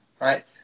right